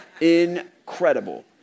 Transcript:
incredible